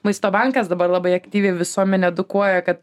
maisto bankas dabar labai aktyviai visuomenę edukuoja kad